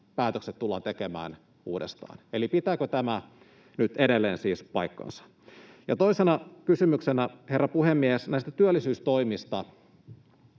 päätökset tullaan tekemään uudestaan. Eli pitääkö tämä nyt edelleen siis paikkansa? Ja toisena kysymys, herra puhemies, näistä työllisyystoimista.